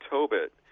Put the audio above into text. Tobit